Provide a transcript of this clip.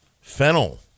fennel